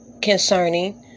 concerning